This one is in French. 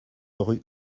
rue